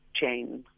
chain